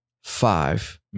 Five